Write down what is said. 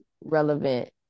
relevant